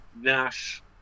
Nash